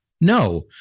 No